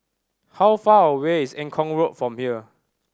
how far away is Eng Kong Road from here